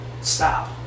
Stop